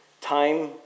time